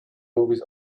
movies